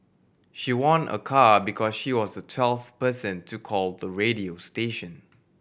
she won a car because she was the twelfth person to call the radio station